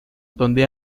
donde